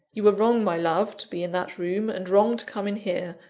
you were wrong, my love, to be in that room, and wrong to come in here.